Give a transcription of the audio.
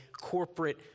corporate